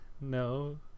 no